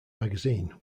magazine